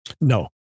no